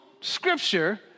scripture